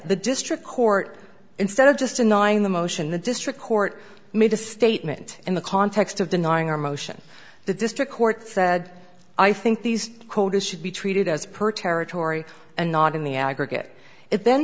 the district court instead of just annoying the motion the district court made a statement in the context of denying our motion the district court said i think these quotas should be treated as per territory and not in the aggregate it